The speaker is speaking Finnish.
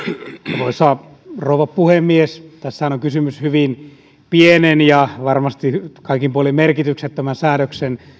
arvoisa rouva puhemies tässähän on kysymys hyvin pienen ja varmasti kaikin puolin merkityksettömän säädöksen